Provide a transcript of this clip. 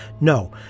No